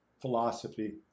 philosophy